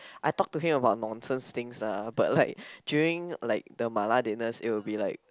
I talk to him about nonsense things uh but like during like the mala dinners it will be like